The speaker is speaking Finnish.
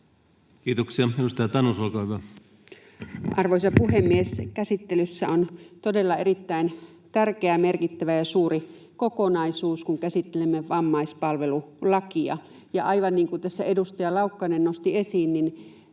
laeiksi Time: 14:41 Content: Arvoisa puhemies! Käsittelyssä on todella erittäin tärkeä, merkittävä ja suuri kokonaisuus, kun käsittelemme vammaispalvelulakia. Ja aivan niin kuin tässä edustaja Laukkanen nosti esiin,